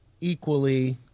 equally